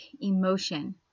emotion